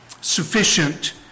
sufficient